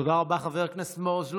תודה רבה, חבר הכנסת מעוז.